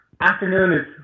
Afternoon